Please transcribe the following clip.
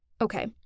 Okay